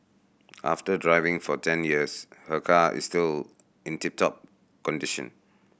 after driving for ten years her car is still in tip top condition